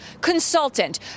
consultant